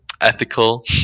ethical